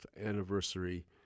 anniversary